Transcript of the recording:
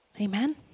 Amen